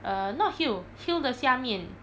err not hill hill 的下面